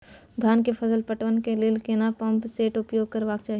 धान के फसल पटवन के लेल केना पंप सेट उपयोग करबाक चाही?